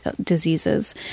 diseases